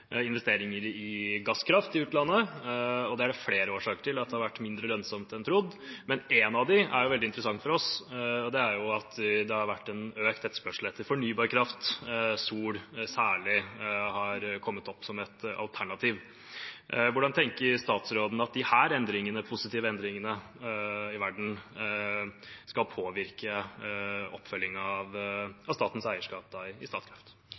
investeringer i gasskraft i utlandet. Det er flere årsaker til at det har vært mindre lønnsomt enn man trodde, men en av dem er veldig interessant for oss, og det er at det har vært økt etterspørsel etter fornybarkraft. Særlig sol har kommet opp som et alternativ. Hvordan tenker statsråden at disse positive endringene i verden skal påvirke oppfølgingen av statens eierskap i Statkraft? Det er ikke mange uker siden vi hadde en debatt i